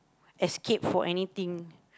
escape for anything